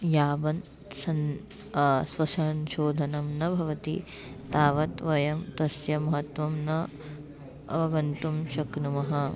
यावन्तः स्वसंशोधनं न भवति तावत् वयं तस्य महत्वं न अवगन्तुं शक्नुमः